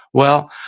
well,